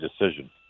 decision